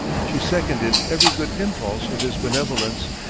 she seconded every good impulse of his benevolence,